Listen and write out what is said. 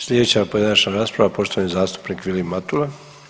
Sljedeća pojedinačna rasprava poštovani zastupnik Vilim Matula.